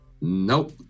Nope